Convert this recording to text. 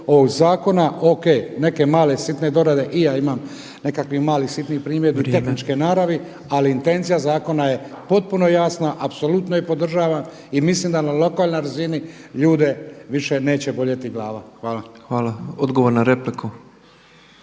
ovog zakona. O.k. neke male sitne dorade i ja imam nekakvim nalih sitnih primjedbi tehničke naravi, ali intencija zakona je potpuno jasna, apsolutno je podržavam i mislim da na lokalnoj razini ljude više neće boljeti glava. Hvala. **Petrov, Božo